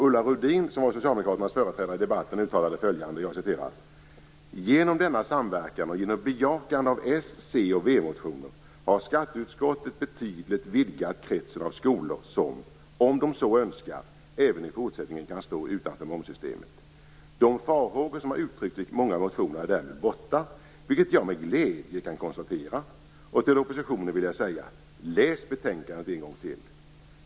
Ulla Rudin, som var Socialdemokraternas företrädare i debatten, uttalade följande: "Genom denna samverkan och genom bejakande av s-, c och v-motioner har skatteutskottet betydligt vidgat kretsen av skolor som - om de så önskar - även i fortsättningen kan stå utanför momssystemet. De farhågor som har uttryckts i många motioner är därmed borta, vilket jag med glädje kan konstatera. Till oppositionen vill jag säga: Läs betänkandet en gång till!